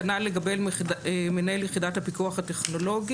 כנ"ל לגבי הגדרת "מנהל יחידת הפיקוח הטכנולוגי"